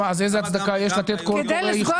איזו הצדקה יש לתת קול קורא ייחודי למגזר הערבי?